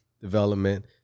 Development